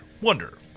wonder